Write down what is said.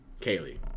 Kaylee